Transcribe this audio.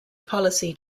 policy